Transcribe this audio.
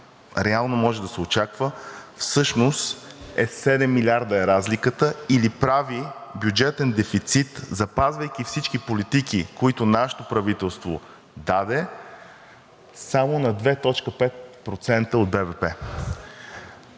реално може да се очаква, всъщност разликата е седем милиарда, или прави бюджетен дефицит, запазвайки всички политики, които нашето правителство даде само на 2,5% от БВП.